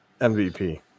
MVP